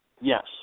Yes